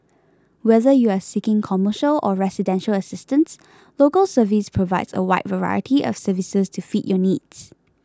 whether you are seeking commercial or residential assistance Local Service provides a wide variety of services to fit your needs